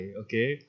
okay